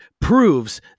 proves